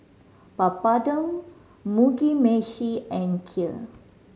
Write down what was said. Papadum Mugi Meshi and Kheer